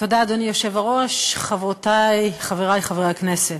אדוני היושב-ראש, תודה, חברותי, חברי, חברי הכנסת,